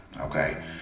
Okay